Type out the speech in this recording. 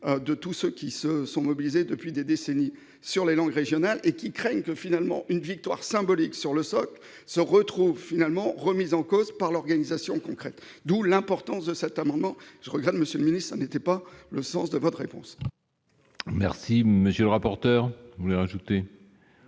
de ceux qui se sont mobilisés depuis des décennies sur les langues régionales et qui craignent qu'une victoire symbolique sur le socle ne se trouve remise en cause dans l'organisation concrète. D'où l'importance de cet amendement. Je le regrette, monsieur le ministre, mais ce n'était pas le sens de votre réponse.